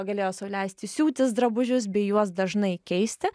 galėjo sau leisti siūtis drabužius bei juos dažnai keisti